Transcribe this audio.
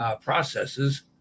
processes